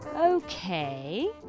okay